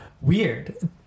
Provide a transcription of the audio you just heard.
weird